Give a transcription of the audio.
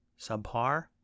subpar